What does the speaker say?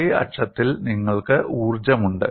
Y അക്ഷത്തിൽ നിങ്ങൾക്ക് ഊർജ്ജമുണ്ട്